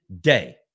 day